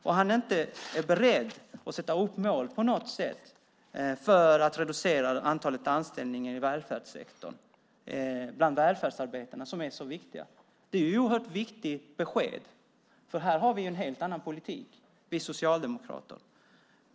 Och han är inte beredd att sätta upp mål för att reducera antalet osäkra anställningar i välfärdssektorn, bland välfärdsarbetarna, som är så viktiga. Det är ett oerhört viktigt besked. Här har vi socialdemokrater en helt annan politik.